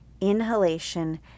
inhalation